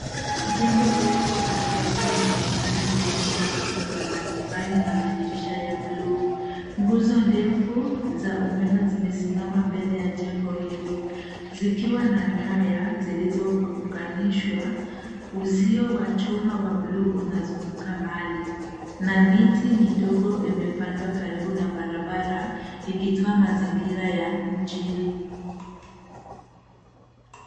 Jengo refu la gorofa linaonekana likiwa na kuta za matofali na madirisha ya buluu. Nguzo ndefu za umeme zimesimama mbele ya jengo hilo zikiwa na nyaya zilizounganishwa. Uzio wa chuma wa buluu unazunguka mali na miti midogo imepandwa karibu na barabara ikitoa mazingira ya mjini.